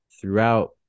throughout